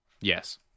Yes